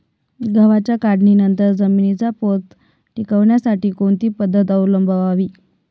गव्हाच्या काढणीनंतर जमिनीचा पोत टिकवण्यासाठी कोणती पद्धत अवलंबवावी?